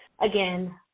again